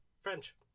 French